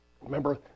Remember